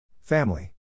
Family